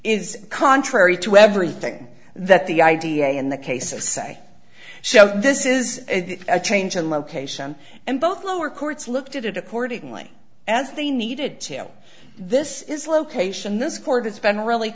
is contrary to everything that the id in the case of say so this is a change in location and both lower courts looked at it accordingly as they needed to this is location this court has been really